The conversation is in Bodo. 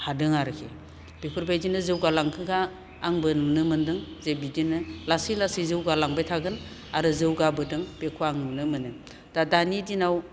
हादों आरोखि बेफोरबायदिनो जौगालांखोग्रा आंबो नुनो मोन्दों जे बिदिनो लासै लासै जौगालांबाय थागोन आरो जौगाबोदों बेखौ आं नुोन मोनो दा दानि दिनाव